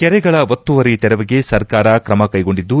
ಕೆರೆಗಳ ಒತ್ತುವರಿ ತೆರವಿಗೆ ಸರ್ಕಾರ ತ್ರಮ ಕೈಗೊಂಡಿದ್ದು